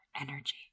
energy